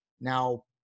Now